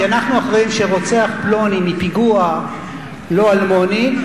כי אנחנו אחראים שרוצח פלוני מפיגוע לא אלמוני,